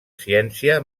ciència